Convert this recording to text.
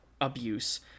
abuse